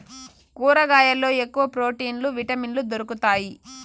కూరగాయల్లో ఎక్కువ ప్రోటీన్లు విటమిన్లు దొరుకుతాయి